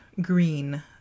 green